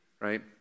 right